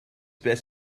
best